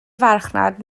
farchnad